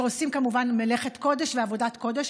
שעושה כמובן מלאכת קודש ועבודת קודש,